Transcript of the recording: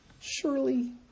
surely